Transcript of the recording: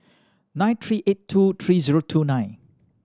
nine three eight two three zero two nine